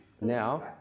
Now